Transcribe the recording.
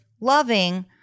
loving